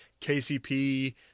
KCP